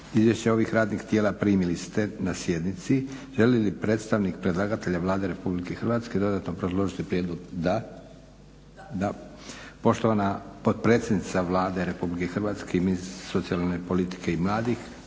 Izvješća ovih radnih tijela primili ste na sjednici. Želi li predstavnik predlagatelja Vlade RH dodatno predložiti prijedlog? Da. Poštovana potpredsjednica Vlade RH i ministrica socijalne politike i mladih